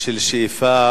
של שאיפה